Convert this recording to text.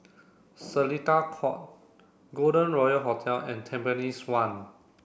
Seletar Court Golden Royal Hotel and Tampines one